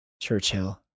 Churchill